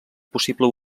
possible